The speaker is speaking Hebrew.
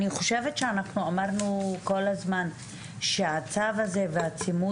אני חושבת שאנחנו אמרנו כל הזמן שהצו הזה והצימוד